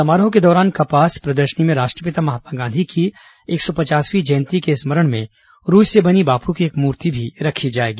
समारोह के दौरान कपास प्रदर्शनी में राष्ट्रपिता महात्मा गांधी की एक सौ पचासवीं जयंती के स्मरण में रूई से बनी बापू की एक मूर्ति भी रखी जाएगी